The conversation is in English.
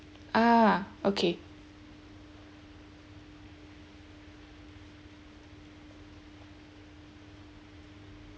ah okay